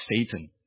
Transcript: Satan